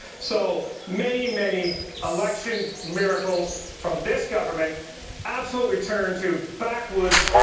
so many, many election miracles from this government absolutely turned to back woods,